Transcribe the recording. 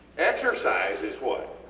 exercise is what?